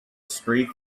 streak